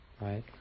Right